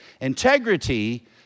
Integrity